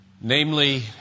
namely